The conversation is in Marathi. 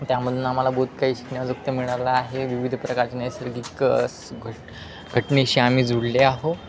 त्यामधून आम्हाला बहुत काही शिकण्याजोगतं मिळालं आहे विविध प्रकारची नैसर्गिकं घटनेशी आम्ही जुडले आहो